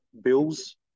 bills